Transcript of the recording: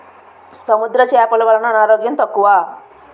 సముద్ర చేపలు వలన అనారోగ్యం తక్కువ